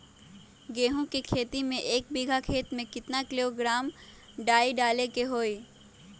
गेहूं के खेती में एक बीघा खेत में केतना किलोग्राम डाई डाले के होई?